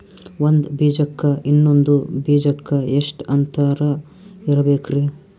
ಒಂದ್ ಬೀಜಕ್ಕ ಇನ್ನೊಂದು ಬೀಜಕ್ಕ ಎಷ್ಟ್ ಅಂತರ ಇರಬೇಕ್ರಿ?